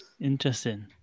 Interesting